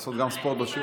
לעשות גם ספורט בשיעור?